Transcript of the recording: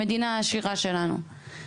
המדינה העשירה שלנו.